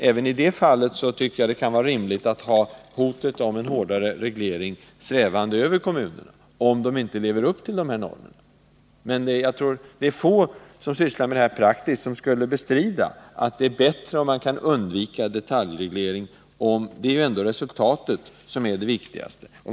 Även i det fallet tycker jag, att det kan vara rimligt att ha hotet om en hårdare reglering svävande över kommunerna, om de inte lever upp till normerna. Men jag tror att få av dem som sysslar med de här problemen praktiskt vill bestrida, att det är bättre om man kan undvika detaljreglering. Det är ändå resultatet som är det viktigaste.